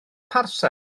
parsel